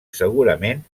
segurament